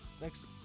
next